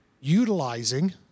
Utilizing